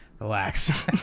Relax